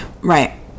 Right